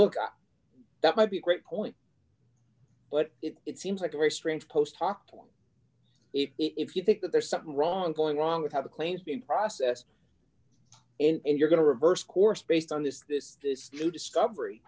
at that might be a great point but it seems like a very strange post talked on it if you think that there's something wrong going wrong with have a claims being processed and you're going to reverse course based on this this this new discovery